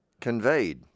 conveyed